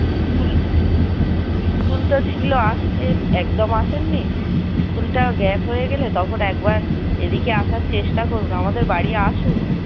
school school তো ছিলো আসতে একদম আসেন নি স্কুলটা গ্যাপ হয়ে গেলে তখন একবার এদিকে আসার চেষ্টা করুন আমাদের বাড়ি আসুন